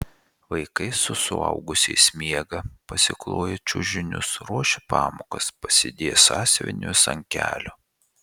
vaikai su suaugusiais miega pasikloję čiužinius ruošia pamokas pasidėję sąsiuvinius ant kelių